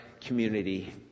community